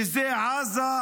שהן עזה,